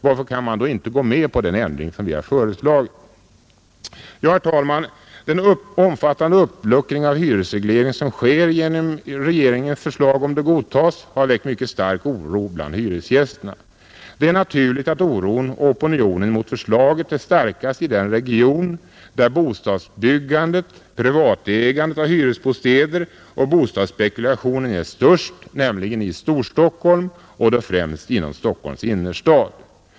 Varför kan man då inte gå med på den ändring som vi har föreslagit? Herr talman! Den omfattande uppluckring av hyresregleringen som sker genom regeringens förslag, om det godtas, har väckt mycket stark oro bland hyresgästerna. Det är naturligt att oron och opinionen mot förslaget är starkast i den region där bostadsbristen, privatägandet av hyresbostäder och bostadsspekulationen är störst, nämligen i Storstockholm och då främst inom Stockholms innerstad.